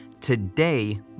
Today